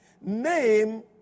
Name